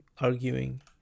arguing